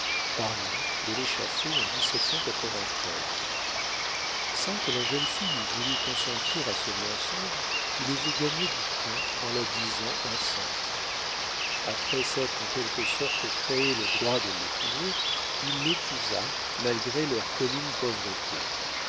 par lui de l'échafaud en sans que la jeune fille eût voulu consentir à ce mensonge il avait gagné du temps en la disant enceinte après s'être en quelque sorte créé le droit de l'épouser il l'épousa malgré leur commune pauvreté